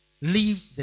Leave